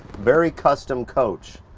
very custom coach.